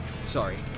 Sorry